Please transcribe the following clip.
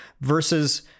versus